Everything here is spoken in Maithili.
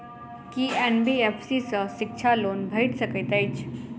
की एन.बी.एफ.सी सँ शिक्षा लोन भेटि सकैत अछि?